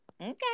Okay